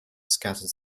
scattered